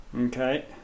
okay